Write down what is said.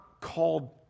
called